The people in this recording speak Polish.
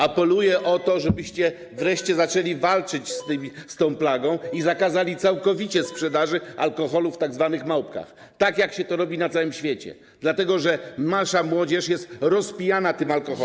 Apeluję o to, żebyście wreszcie zaczęli walczyć z tą plagą i zakazali całkowicie sprzedaży alkoholu w tzw. małpkach, tak jak się to robi na całym świecie, dlatego że nasza młodzież jest rozpijana tym alkoholem.